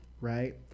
right